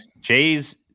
Jays